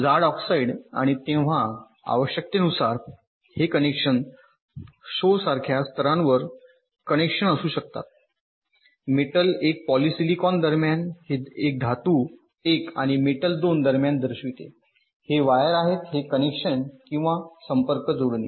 आणि प्रसार आणि पॉलिसिलिकॉनच्या थरच्या वरच्या बाजूस धातूचे अनेक स्तर असू शकतात 1 धातू 2 3 4 5 आणि उर्वरित जागा इन्सुलेट ऑक्साईडआहे आपण त्यास जाड ऑक्साईड आणि तेव्हा आवश्यकतेनुसार हे कनेक्शन शो सारख्या स्तरांवर कनेक्शन असू शकतात मेटल 1 पॉलिसिलिकॉन दरम्यान हे धातू 1 आणि मेटल 2 दरम्यान दर्शविते हे वायर आहेत कनेक्शन किंवा संपर्क जोडणी